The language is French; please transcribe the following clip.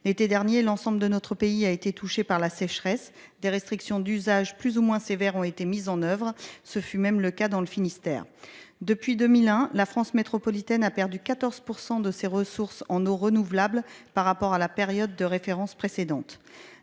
L'été dernier, l'ensemble de notre pays a été touché par la sécheresse, des restrictions d'usages, plus ou moins sévères, ont été mises en oeuvre. Ce fut le cas dans le Finistère. Depuis 2001, la France métropolitaine a perdu 14 % de ses ressources en eau renouvelable par rapport à la période de référence précédente.